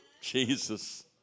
Jesus